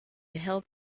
help